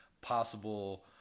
possible